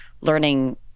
learning